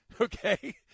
okay